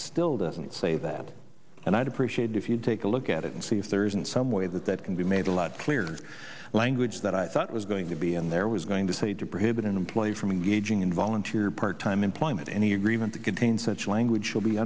still doesn't say that and i'd appreciate if you'd take a look at it and see if there's some way that that can be made a lot clearer language that i thought was going to be in there was going to say to prohibit an employee from engaging in volunteer part time employment any agreement that contains such language should be